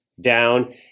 down